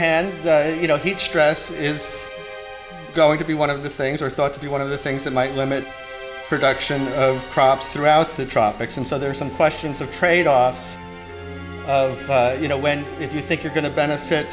hand you know heat stress is going to be one of the things are thought to be one of the things that might limit production of crops throughout the tropics and so there are some questions of tradeoffs you know when if you think you're going to benefit